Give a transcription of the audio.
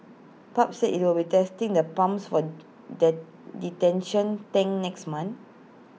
pub said IT will be testing the pumps for dent detention tank next month